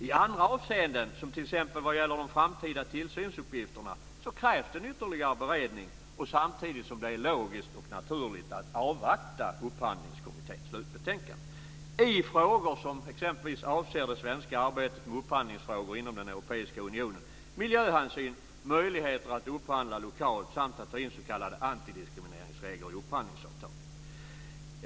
I andra avseenden, t.ex. vad gäller de framtida tillsynsuppgifterna, krävs ytterligare beredning, samtidigt som det är logiskt och naturligt att avvakta Upphandlingskommitténs slutbetänkande i frågor som exempelvis avser det svenska arbetet med upphandlingsfrågor inom den europeiska unionen, miljöhänsyn, möjligheter att upphandla lokalt samt att ta in s.k. antidiskrimineringsregler i upphandlingsavtalet.